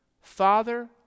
Father